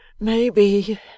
Maybe